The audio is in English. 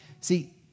See